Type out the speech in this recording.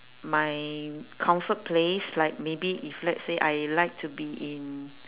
my comfort place like maybe if let's say I like to be in